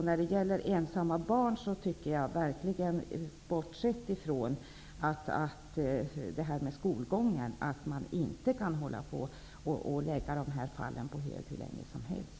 När det gäller ensamma barn anser jag verkligen -- bortsett från problemet med skolgången -- att man inte kan hålla på och lägga fallen på hög hur länge som helst.